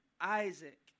Isaac